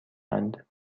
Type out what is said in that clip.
اند